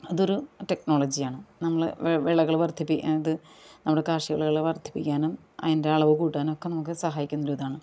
അതൊരു ടെക്നോളജിയാണ് നമ്മള് വിളകൾ വർധിപ്പിക്കാൻ അത് നമ്മുടെ കാർഷിക വിളകൾ വർധിപ്പിക്കാനും അതിൻ്റ അളവ് കൂട്ടാനുമൊക്കെ നമുക്ക് സഹായിക്കുന്ന ഒരിതാണ്